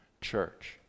Church